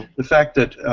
the fact that